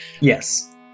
Yes